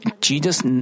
Jesus